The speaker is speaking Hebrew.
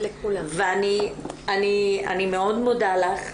אני מאוד מודה לך.